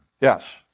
Yes